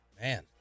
man